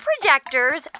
projectors